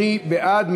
מי בעד?